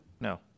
No